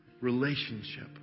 relationship